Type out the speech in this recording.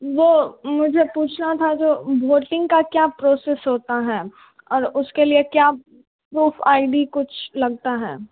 वह मुझे पुछना था जो वोटिंग का क्या प्रोसेस होता हैं और उसके लिए क्या प्रूफ़ आई डी कुछ लगता है